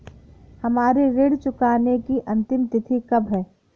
हमारी ऋण चुकाने की अंतिम तिथि कब है?